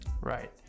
Right